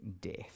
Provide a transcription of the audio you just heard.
death